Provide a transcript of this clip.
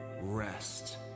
rest